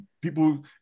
people